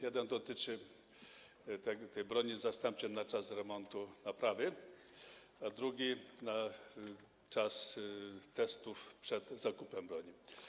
Jeden dotyczy tej broni zastępczej na czas remontu, naprawy, a drugi - na czas testów przed zakupem broni.